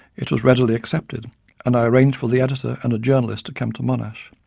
it was readily accepted and i arranged for the editor and a journalist to come to monash.